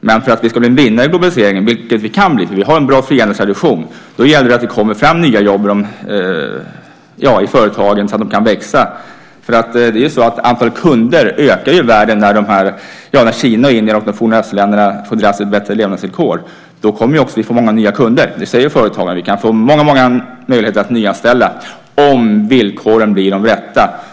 Men för att vi ska bli en vinnare i globaliseringen - vilket vi kan bli, för vi har en bra frihandelstradition - då gäller det att det kommer fram nya jobb i företagen så att de kan växa. Antalet kunder ökar ju i världen. När Kina, Indien och de forna östländerna får drastiskt bättre levnadsvillkor kommer vi också att få många nya kunder. Företagarna säger: Vi kan få många, många möjligheter att nyanställa, om villkoren blir de rätta.